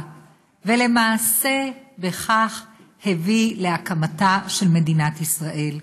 ולמעשה בכך הביא להקמתה של מדינת ישראל,